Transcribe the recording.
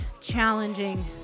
challenging